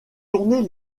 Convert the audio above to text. tournées